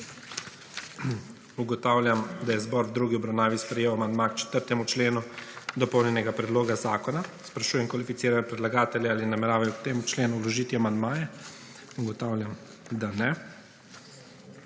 Ugotavljam, da je zbor v drugi obravnavi sprejel amandma k 4. členu dopolnjenega predloga zakona. Sprašujem kvalificirane predlagatelje ali nameravajo k tem členu vložiti amandmaje? Ugotavljam, da ne.